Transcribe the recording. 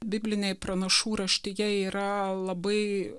biblinė pranašų raštija yra labai